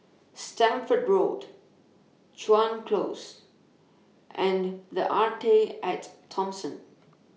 Stamford Road Chuan Close and The Arte At Thomson